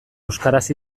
euskaraz